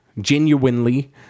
genuinely